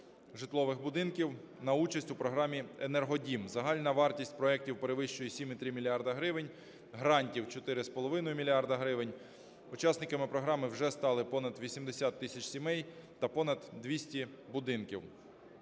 житлових будинків на участь у програмі "Енергодім", загальна вартість проектів перевищує 7,3 мільярда гривень, грантів – 4,5 мільярда гривень. Учасниками програми вже стали понад 80 тисяч сімей та понад 200 будинків,